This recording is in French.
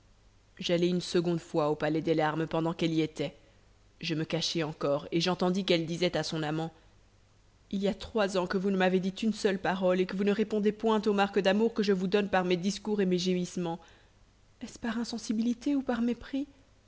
j'allai une seconde fois au palais des larmes pendant qu'elle y était je me cachai encore et j'entendis qu'elle disait à son amant il y a trois ans que vous ne m'avez dit une seule parole et que vous ne répondez point aux marques d'amour que je vous donne par mes discours et mes gémissements est-ce par insensibilité ou par mépris